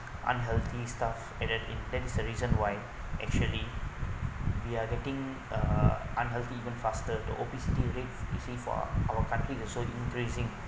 unhealthy stuff and then that is the reason why actually we are getting uh unhealthy even faster the obesity rate recently for our country is also increasing